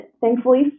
thankfully